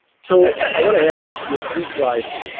so i want to end with three slides.